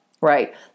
right